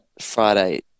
Friday